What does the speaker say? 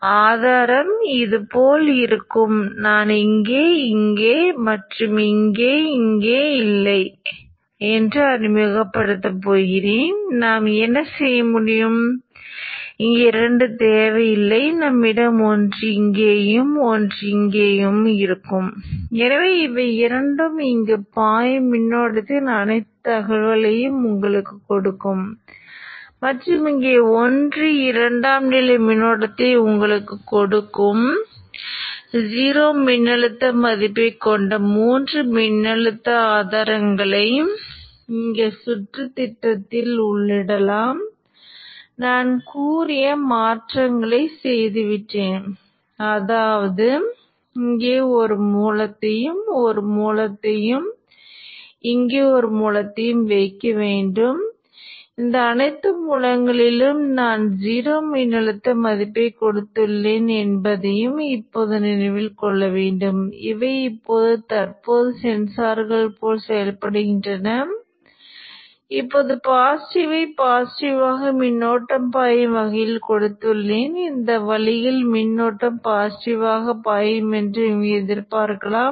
இந்தப் பாதையில் கிஇர்ச் ஆப் வளைவை பார்த்தால் இது அணைக்கப்படும் போது நீங்கள் பார்க்கும் மின்னழுத்தம் இந்த R டிராப் டையோடு டிராப் மற்றும் அங்குள்ள Vin மதிப்பைக் காணலாம் இங்கு பாய்ந்து செல்லும் மின்னோட்டம் எதுவாக இருந்தாலும் அணைத்த நிலையில் இருக்கும் போது உண்மையில் Vq என்பது Vin IR வீழ்ந்து இருக்கும் இது IR Vd அல்லது டையோடு ஆன் நிலை வீழ்ச்சி என்று சொல்லலாம்